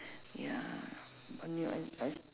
ya